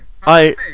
Hi